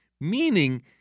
meaning